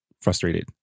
frustrated